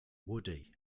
woody